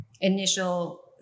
initial